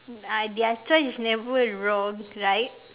uh their choice is never wrong right